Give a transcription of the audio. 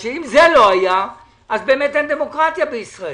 אם זה לא היה, באמת אין דמוקרטיה בישראל.